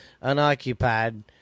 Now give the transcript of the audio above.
unoccupied